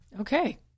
Okay